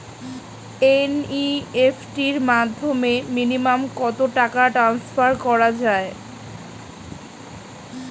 NEFT র মাধ্যমে minimum কত টাকা টান্সফার করা যায়?